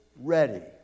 ready